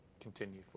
continue